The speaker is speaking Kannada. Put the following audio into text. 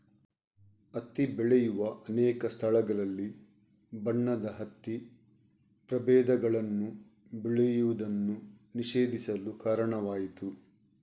ಹತ್ತಿ ಬೆಳೆಯುವ ಅನೇಕ ಸ್ಥಳಗಳಲ್ಲಿ ಬಣ್ಣದ ಹತ್ತಿ ಪ್ರಭೇದಗಳನ್ನು ಬೆಳೆಯುವುದನ್ನು ನಿಷೇಧಿಸಲು ಕಾರಣವಾಯಿತು